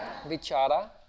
Vichara